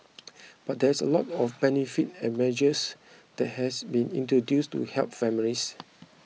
but there is a lot of benefits and measures that has been introduced to help families